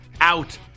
Out